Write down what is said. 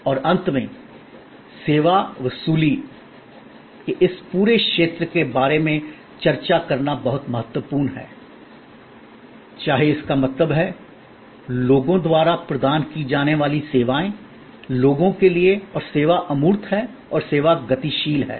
और अंत में सेवा वसूली के इस पूरे क्षेत्र के बारे में चर्चा करना बहुत महत्वपूर्ण है चाहे इसका मतलब है लोगों द्वारा प्रदान की जाने वाली सेवाएं लोगों के लिए और सेवा अमूर्त है और सेवा गतिशील है